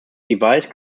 device